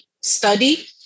study